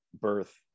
birth